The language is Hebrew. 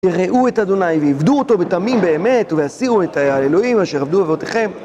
יראו את אדוני ועיבדו אותו בתמים באמת והסירו את האלוהים אשר עבדו עבודתכם